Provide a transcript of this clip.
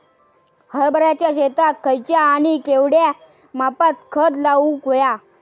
हरभराच्या शेतात खयचा आणि केवढया मापात खत घालुक व्हया?